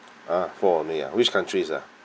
ah four only ah which countries ah